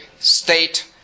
state